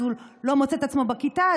הוא לא מוצא את עצמו בכיתה,